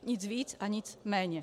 Nic víc a nic méně.